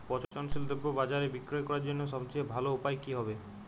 পচনশীল দ্রব্য বাজারে বিক্রয় করার জন্য সবচেয়ে ভালো উপায় কি হবে?